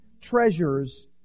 treasures